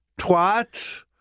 Twat